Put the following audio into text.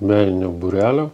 meninio būrelio